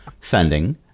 Sending